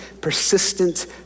persistent